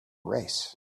race